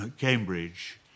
Cambridge